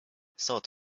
thought